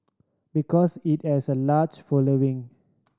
because it has a large following